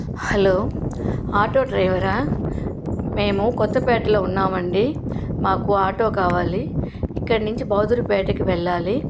hello auto డ్రైవరా మేము కొత్తపేటలో ఉన్నాము అండి మాకు ఆటో కావాలి ఇక్కడ నుంచి బహుదూర్ పేటకి వెళ్ళాలి